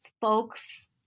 folks